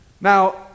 Now